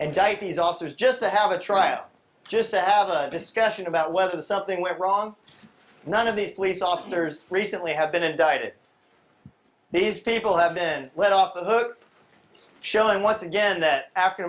and dieties officers just to have a trial just to have a discussion about whether something went wrong none of these police officers recently have been indicted these people have been let off the hook showing once again that african